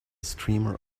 streamer